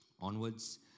onwards